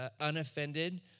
unoffended